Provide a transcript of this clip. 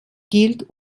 gilt